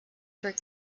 for